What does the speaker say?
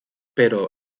pero